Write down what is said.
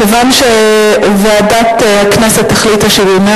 מכיוון שוועדת הכנסת החליטה שבימי